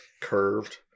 curved